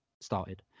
started